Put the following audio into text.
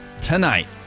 Tonight